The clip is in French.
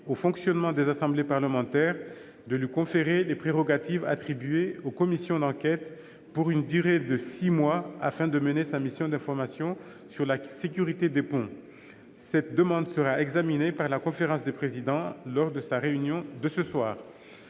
au fonctionnement des assemblées parlementaires, de lui conférer les prérogatives attribuées aux commissions d'enquête pour une durée de six mois, afin de mener sa mission d'information sur la sécurité des ponts. Cette demande sera examinée par la conférence des présidents lors de sa réunion de ce soir.